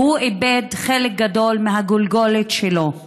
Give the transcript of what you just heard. והוא איבד חלק גדול מהגולגולת שלו.